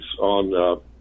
on